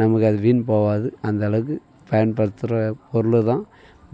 நமக்கு அது வீண் போகாது அந்தளவுக்கு பயன்படுத்துகிற பொருள் தான்